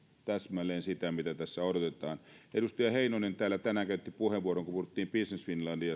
täsmälleen sitä mitä tässä odotetaan edustaja heinonen täällä tänään käytti puheenvuoron kun puhuttiin business finlandista siitä että eivät nämä business